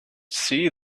see